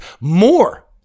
more